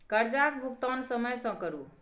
करजाक भूगतान समय सँ करु